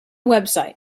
website